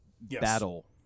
battle